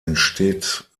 entsteht